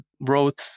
wrote